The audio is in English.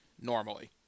normally